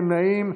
נמנעים.